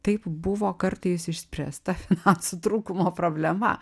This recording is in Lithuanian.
taip buvo kartais išspręsta finansų trūkumo problema